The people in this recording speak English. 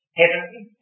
heavenly